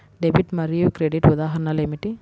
Debit మరియు credit ఉదాహరణలు ఏమిటీ?